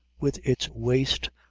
with its waste,